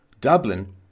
Dublin